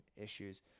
issues